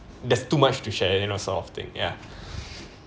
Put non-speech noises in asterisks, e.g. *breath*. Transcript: there's too much to share you know sort of thing ya *breath*